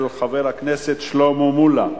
של חבר הכנסת שלמה מולה.